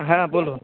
হ্যাঁ বলুন